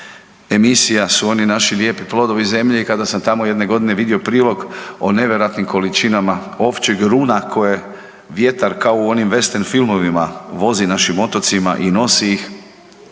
emisija su oni naši lijepi Plodovi zemlje i kada sam tamo jedne godine vidio prilog o nevjerojatnim količinama ovčjeg runa kojeg vjetar kao u onim vestern filmovima vozi našim otocima i nosi ih,